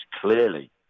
clearly